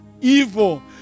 evil